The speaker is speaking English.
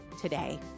today